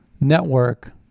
network